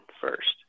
first